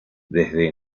desde